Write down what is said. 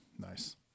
Nice